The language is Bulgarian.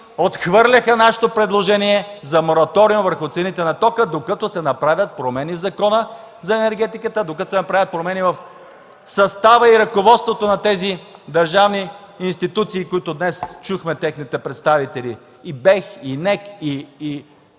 отхвърляха нашето предложение за мораториум върху цените на тока докато се направят промени в Закона за енергетиката, докато се направят промени в състава и ръководството на тези държавни институции, на които днес чухме техните представители – и БЕХ, и НЕК, и